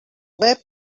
web